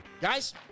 Guys